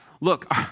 Look